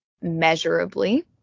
measurably